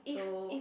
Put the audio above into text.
so